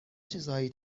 چیزهایی